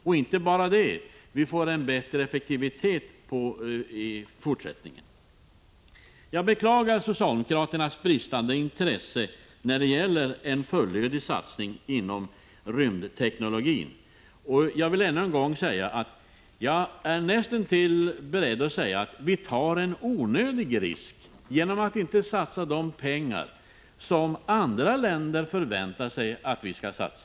Dessutom får vi en bättre effektivitet i fortsättningen. Jag beklagar socialdemokraternas bristande intresse när det gäller en fullödig satsning inom rymdteknologin, och jag vill än en gång säga att jag tror att vi tar en onödig risk genom att inte satsa de pengar som andra länder förväntar sig att vi skall satsa.